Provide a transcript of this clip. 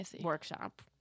workshop